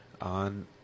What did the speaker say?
on